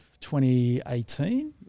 2018